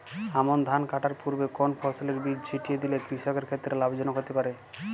আমন ধান কাটার পূর্বে কোন ফসলের বীজ ছিটিয়ে দিলে কৃষকের ক্ষেত্রে লাভজনক হতে পারে?